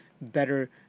better